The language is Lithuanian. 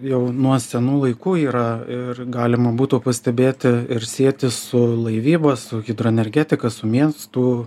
jau nuo senų laikų yra ir galima būtų pastebėti ir sieti su laivyba su hidroenergetika su miestų